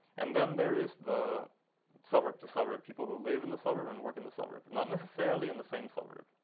and then there is the suburb to suburb, people who live in the suburb and work in the suburb, not necessarily in the same suburb.